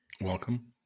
Welcome